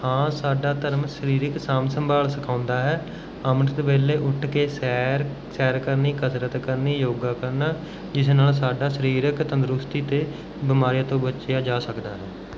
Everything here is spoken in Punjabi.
ਹਾਂ ਸਾਡਾ ਧਰਮ ਸਰੀਰਿਕ ਸਾਂਭ ਸੰਭਾਲ ਸਿਖਾਉਂਦਾ ਹੈ ਅੰਮ੍ਰਿਤ ਵੇਲੇ ਉੱਠ ਕੇ ਸੈਰ ਸੈਰ ਕਰਨੀ ਕਸਰਤ ਕਰਨੀ ਯੋਗਾ ਕਰਨਾ ਜਿਸ ਨਾਲ਼ ਸਾਡਾ ਸਰੀਰਕ ਤੰਦਰੁਸਤੀ ਅਤੇ ਬਿਮਾਰੀਆਂ ਤੋਂ ਬਚਿਆ ਜਾ ਸਕਦਾ ਹੈ